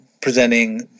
presenting